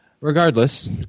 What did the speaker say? Regardless